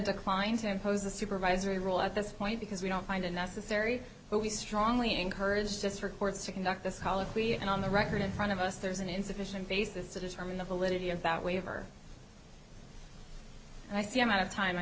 decline to impose a supervisory role at this point because we don't mind a necessary but we strongly encourage district courts to conduct this colloquy and on the record in front of us there's an insufficient basis to determine the validity of that waiver and i see him out of time i